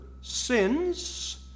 sins